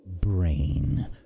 brain